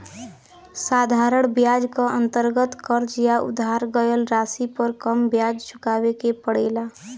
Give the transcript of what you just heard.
साधारण ब्याज क अंतर्गत कर्ज या उधार गयल राशि पर कम ब्याज चुकावे के पड़ेला